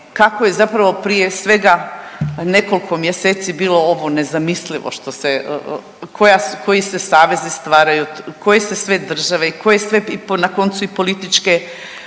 kako je zapravo prije svega, nekoliko mjeseci ovo bilo nezamislivo što se, koji se savezi stvaraju, koji se sve države i koje sve i na koncu i političke